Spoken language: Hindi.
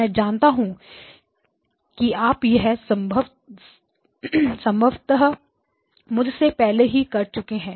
मैं जानता हूं कि आप यह संभवतः मुझसे पहले ही कर चुके हैं